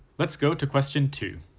let's go to question two.